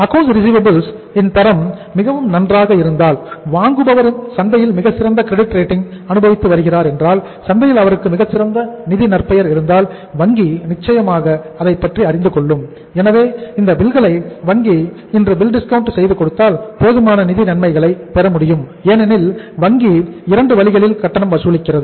accounts receivables செய்து கொடுத்தால் போதுமான நிதி நன்மைகளை பெற முடியும் ஏனெனில் வங்கி இரண்டு வழிகளில் கட்டணம் வசூலிக்கிறது